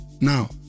Now